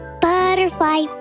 Butterfly